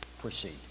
Proceed